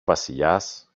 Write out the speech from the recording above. βασιλιάς